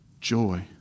joy